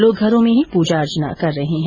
लोग घरों में ही पूजा अर्चना कर रहे है